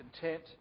content